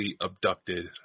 abducted